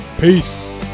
Peace